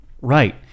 Right